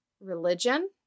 religion